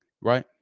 right